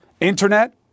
internet